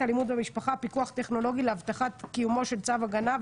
אלימות במשפחה (פיקוח טכנולוגי להבטחת קיומו של צו הגנה,